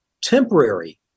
temporary